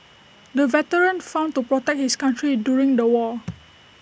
the veteran fought to protect his country during the war